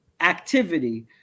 activity